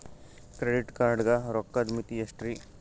Credit card ಗ ರೋಕ್ಕದ್ ಮಿತಿ ಎಷ್ಟ್ರಿ?